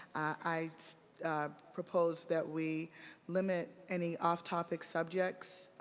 i propose that we limited any off topic subjects